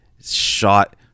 shot